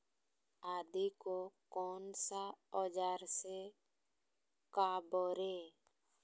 आदि को कौन सा औजार से काबरे?